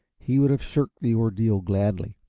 he would have shirked the ordeal gladly,